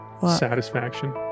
Satisfaction